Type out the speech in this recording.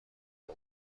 دوم